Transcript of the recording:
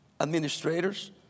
administrators